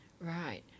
Right